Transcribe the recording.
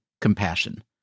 compassion